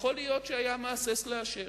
יכול להיות שהיה מהסס לאשר.